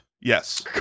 Yes